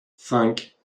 cinq